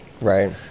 Right